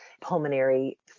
pulmonary